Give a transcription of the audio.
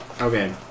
Okay